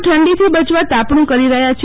લોકો ઠડીથી બચવા તાપણું કરી રહયા છે